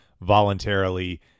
voluntarily